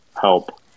help